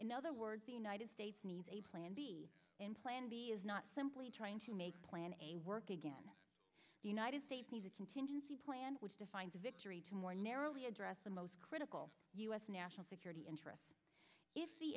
in other words the united states needs a plan b in plan b is not simply trying to make plan a work again the united states needs a contingency plan which defines victory to more narrowly address the most critical u s national security interest if the